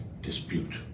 dispute